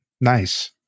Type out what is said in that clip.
Nice